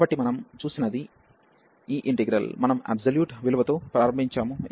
కాబట్టి మనం చూసినది ఈ ఇంటిగ్రల్ మనం అబ్సొల్యూట్ విలువతో ప్రారంభించాము